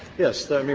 yes. i mean,